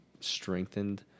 strengthened